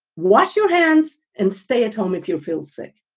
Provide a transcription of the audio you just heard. wash your hands and stay at home if you feel sick.